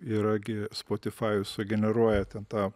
yra gi spotifajus sugeneruoja ten tą